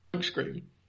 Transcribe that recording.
screen